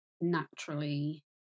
naturally